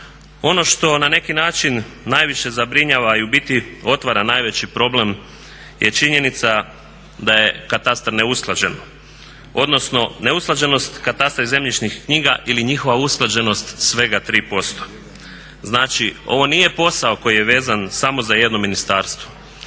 Ono što na neki način najviše zabrinjava i u biti otvara najveći problem je činjenica da je katastar neusklađen, odnosno neusklađenost katastra i zemljišnih knjiga ili njihova usklađenost svega 3%. Znači ovo nije posao koji je vezan samo za jedno ministarstvo,